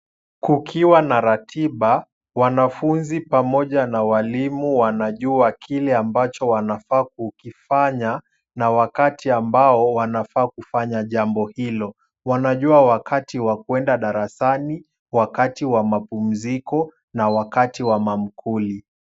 Kukiwa na ratiba, wanafunzi pamoja na walimu wanajuwa kile ambacho wanafaa kukifanya na wakati ambao wanafaa kufanya jambo hilo. Wanajua wakati wa kuenda darasani, wakati wa mapumziko na wakati wa mamkuli.